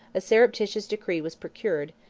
a surreptitious decree was procured,